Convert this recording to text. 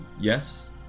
yes